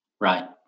Right